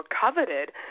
coveted